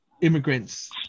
immigrants